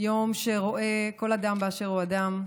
יום שרואה כל אדם באשר הוא אדם.